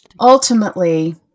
Ultimately